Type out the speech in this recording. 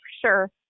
Sure